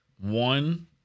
one